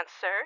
sir